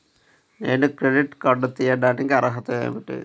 నేను credit card తీయడానికి అర్హత ఏమిటి?